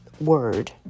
word